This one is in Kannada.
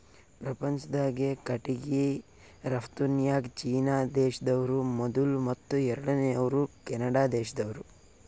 ಪ್ರಪಂಚ್ದಾಗೆ ಕಟ್ಟಿಗಿ ರಫ್ತುನ್ಯಾಗ್ ಚೀನಾ ದೇಶ್ದವ್ರು ಮೊದುಲ್ ಮತ್ತ್ ಎರಡನೇವ್ರು ಕೆನಡಾ ದೇಶ್ದವ್ರು